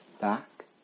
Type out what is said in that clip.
back